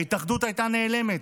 ההתאחדות הייתה נעלמת.